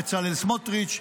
בצלאל סמוטריץ',